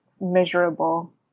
miserable